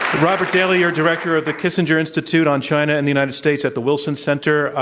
robert daly. you're director of the kissinger institute on china and the united states at the wilson center.